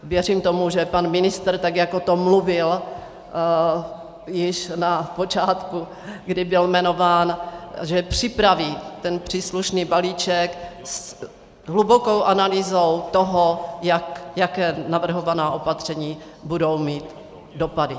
Věřím tomu, že pan ministr, tak jak o tom mluvil již na počátku, kdy byl jmenován, připraví ten příslušný balíček s hlubokou analýzou toho, jaká navrhovaná opatření budou mít dopady.